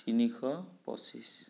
তিনিশ পঁচিছ